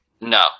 No